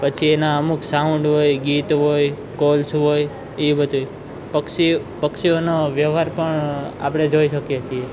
પછી એના અમુક સાઉન્ડ હોય ગીત હોય કોલ્સ હોય એ બધુંય પક્ષી પક્ષીઓનો વ્યવહાર પણ આપણે જોઈ શકીએ છીએ